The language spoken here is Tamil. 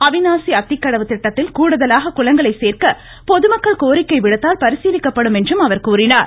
அவினாசி அத்திக்கடவு திட்டத்தில் கூடுதலாக குளங்களை சேர்க்க பொதுமக்கள் கோரிக்கை விடுத்தால் பரிசீலிக்கப்படும் என்றும் அவர் கூறினார்